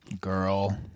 Girl